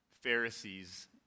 Pharisees